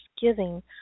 giving